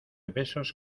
besos